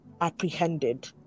apprehended